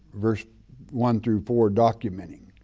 verse one through four documenting.